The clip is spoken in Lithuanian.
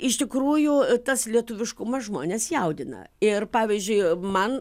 iš tikrųjų tas lietuviškumas žmones jaudina ir pavyzdžiui man